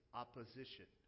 opposition